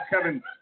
Kevin